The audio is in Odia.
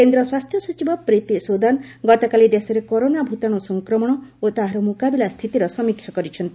କେନ୍ଦ୍ର ସ୍ୱାସ୍ଥ୍ୟ ସଚିବ ପ୍ରୀତି ସୁଦ୍ଦାନ ଗତକାଲି ଦେଶରେ କରୋନା ଭୂତାଣୁ ସଂକ୍ରମଣ ଓ ତାହାର ମୁକାବିଲା ସ୍ଥିତିର ସମୀକ୍ଷା କରିଛନ୍ତି